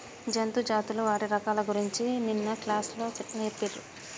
జంతు జాతులు వాటి రకాల గురించి నిన్న క్లాస్ లో నేర్పిచిన్రు